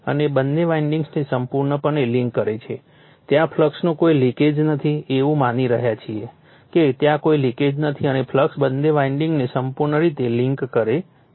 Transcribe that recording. અને બંને વાઇન્ડિંગ્સને સંપૂર્ણપણે લિંક કરે છે ત્યાં ફ્લક્સનું કોઈ લીકેજ નથી એવું માની રહ્યા છીએ કે ત્યાં કોઈ લીકેજ નથી અને ફ્લક્સ બંને વાઇન્ડિંગ્સને સંપૂર્ણ રીતે લિન્ક કરે છે